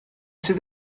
sydd